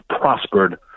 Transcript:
prospered